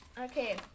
okay